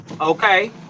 Okay